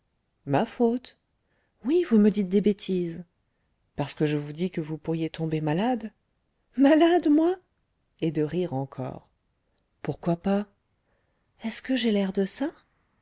ma faute oui vous me dites des bêtises parce que je vous dis que vous pourriez tomber malade malade moi et de rire encore pourquoi pas est-ce que j'ai l'air de ça